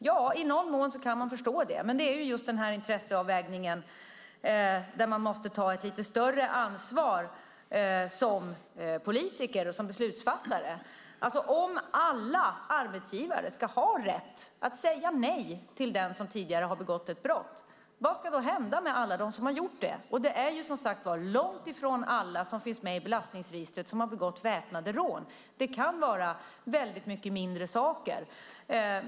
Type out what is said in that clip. Ja, i någon mån kan man förstå det, men det gäller just intresseavvägningen där man som politiker och beslutsfattare måste ta ett lite större ansvar. Om alla arbetsgivare ska ha rätt att säga nej till den som tidigare begått ett brott, vad ska då hända med alla dem som gjort det? Långt ifrån alla som finns med i belastningsregistret har begått väpnade rån. Det kan vara fråga om mycket mindre saker.